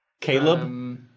Caleb